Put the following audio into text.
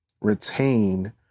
retain